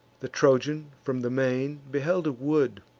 the trojan, from the main, beheld a wood,